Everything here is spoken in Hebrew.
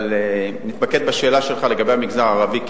אבל אני אתמקד בשאלה שלך לגבי המגזר הערבי.